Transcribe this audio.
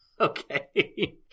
okay